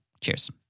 Cheers